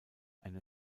eine